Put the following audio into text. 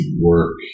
work